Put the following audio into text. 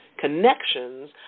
connections